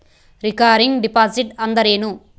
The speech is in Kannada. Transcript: ರಿಕರಿಂಗ್ ಡಿಪಾಸಿಟ್ ಅಂದರೇನು?